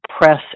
press